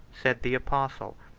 said the apostle,